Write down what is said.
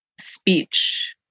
speech